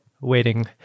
waiting